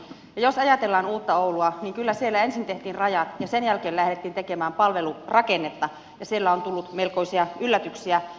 ja jos ajatellaan uutta oulua niin kyllä siellä ensin tehtiin rajat ja sen jälkeen lähdettiin tekemään palvelurakennetta ja siellä on tullut melkoisia yllätyksiä